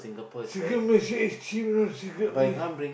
cigarette Malaysia is cheap you know cigarette Malaysia